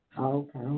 Okay